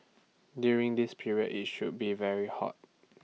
during this period IT should be very hot